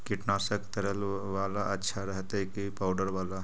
कीटनाशक तरल बाला अच्छा रहतै कि पाउडर बाला?